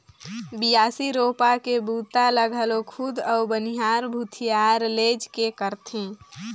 बियासी, रोपा के बूता ल घलो खुद अउ बनिहार भूथिहार लेइज के करथे